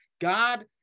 God